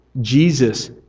Jesus